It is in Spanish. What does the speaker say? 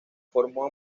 formó